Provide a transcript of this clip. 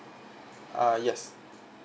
ah yes